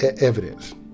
evidence